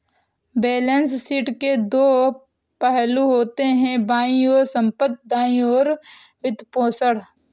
balance sheet के दो पहलू होते हैं, बाईं ओर संपत्ति, और दाईं ओर वित्तपोषण